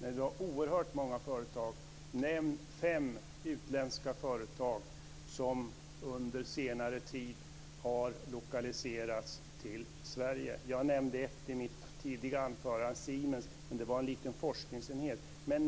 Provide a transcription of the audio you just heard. när hon sade "oerhört många företag"? Nämn fem utländska företag som under senare tid har lokaliserats till Sverige. Jag nämnde ett i mitt tidigare anförande - Siemens - men det gällde en liten forskningsenhet.